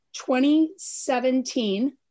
2017